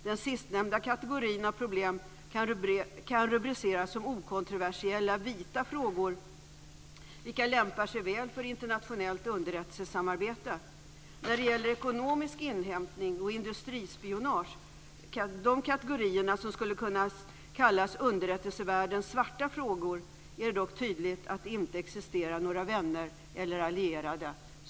Den sistnämnda kategorin av problem kan rubriceras som okontroversiella 'vita frågor', vilka lämpar sig väl för internationellt underrättelsesamarbete. När det gäller ekonomisk inhämtning och industrispionage - kategorier som skulle kunna kallas underrättelsevärldens 'svarta frågor' - är det dock tydligt att det inte existerar några vänner eller allierade."